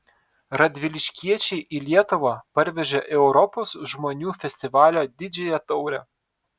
radviliškiečiai į lietuvą parvežė europos žmonių festivalio didžiąją taurę